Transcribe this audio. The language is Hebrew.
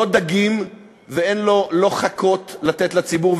לא דגים ולא חכות לתת לציבור,